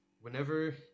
Whenever